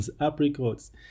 apricots